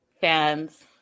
fans